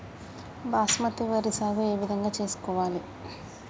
బాస్మతి వరి సాగు ఏ విధంగా చేసుకోవాలి?